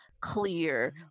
clear